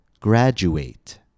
graduate